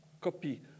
copy